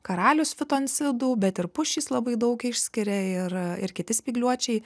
karalius fitoncidų bet ir pušys labai daug išskiria ir ir kiti spygliuočiai